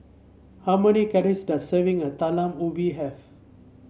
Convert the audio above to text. how many calories does serving a Talam Ubi have